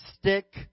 Stick